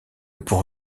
pour